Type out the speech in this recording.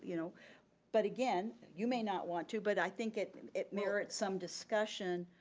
you know but again, you may not want to, but i think it it merits some discussion